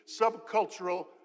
subcultural